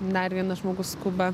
dar vienas žmogus skuba